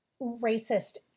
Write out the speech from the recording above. racist